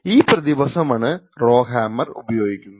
ഈ പ്രതിഭാസമാണ് റൊഹാമ്മർ ഉപയോഗിക്കുന്നത്